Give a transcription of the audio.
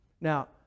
Now